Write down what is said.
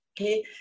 Okay